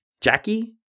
Jackie